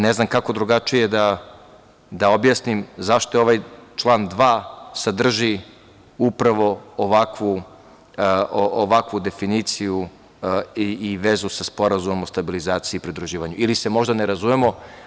Ne znam kako drugačije da objasnim zašto ovaj član 2. sadrži upravo ovakvu definiciju i vezu sa Sporazumom o stabilizaciji i pridruživanju ili možda ne razumemo.